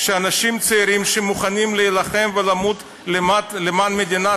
שאנשים צעירים שמוכנים להילחם ולמות למען מדינת